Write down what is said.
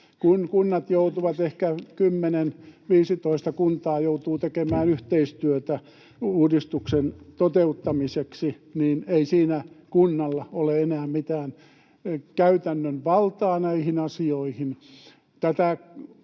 Kun kunnat joutuvat, ehkä 10—15 kuntaa, tekemään yhteistyötä uudistuksen toteuttamiseksi, niin ei siinä kunnalla ole enää mitään käytännön valtaa näihin asioihin.